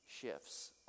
shifts